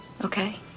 Okay